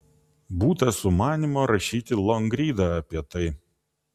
būta sumanymo rašyti longrydą apie tai